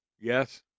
Yes